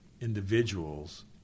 individuals